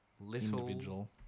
little